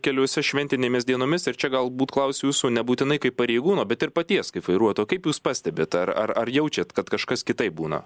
keliuose šventinėmis dienomis ir čia galbūt klausiu jūsų nebūtinai kaip pareigūno bet ir paties kaip vairuoto kaip jūs pastebit ar ar ar jaučiat kad kažkas kitaip būna